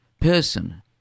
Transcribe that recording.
person